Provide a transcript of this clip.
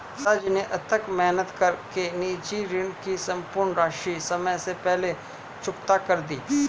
पिताजी ने अथक मेहनत कर के निजी ऋण की सम्पूर्ण राशि समय से पहले चुकता कर दी